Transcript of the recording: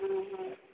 ହଁ ହଁ